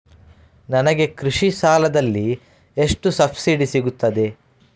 ನನಗೆ ಕೃಷಿ ಸಾಲದಲ್ಲಿ ಎಷ್ಟು ಸಬ್ಸಿಡಿ ಸೀಗುತ್ತದೆ?